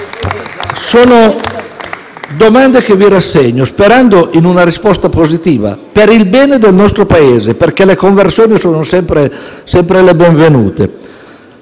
Sono domande che vi rassegno, sperando in una risposta positiva, per il bene del nostro Paese, perché le conversioni sono sempre le benvenute.